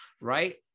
right